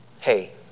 Hey